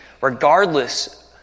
Regardless